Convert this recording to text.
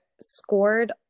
scored